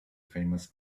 famous